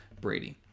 Brady